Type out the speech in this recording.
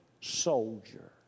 soldier